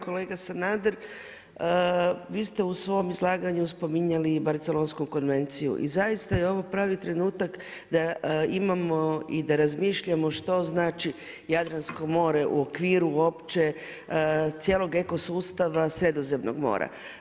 Kolega Sanader, vi ste u svom izlaganju spominjali i Barcelonsku konvenciju i zaista je ovo pravi trenutak da imamo i da razmišljamo što znači Jadransko more u okviru uopće cijelog eko sustava Sredozemnog mora.